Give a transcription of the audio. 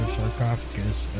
sarcophagus